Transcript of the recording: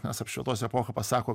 nes apšvietos epocha pasako